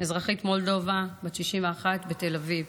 אזרחית מולדובה בת 61 מתל אביב,